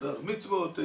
בר מצוות,